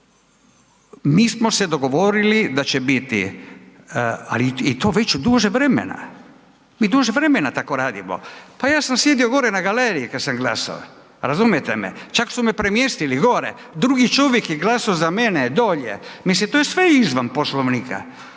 Mi smo se dogovorili da će biti, ali to već duže vremena, mi duže vremena tako radimo. Pa ja sam sjedio gore na galeriji kada sam glasao, razumijete me, čak su me premjestili gore, drugi čovjek je glasao za mene dolje. Mislim to je sve izvan Poslovnika,